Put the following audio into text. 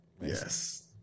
Yes